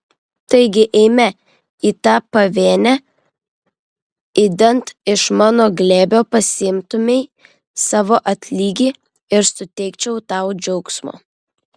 taigi eime į tą pavėnę idant iš mano glėbio pasiimtumei savo atlygį ir suteikčiau tau džiaugsmo